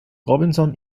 robinson